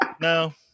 No